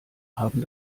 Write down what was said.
haben